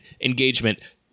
engagement